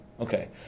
okay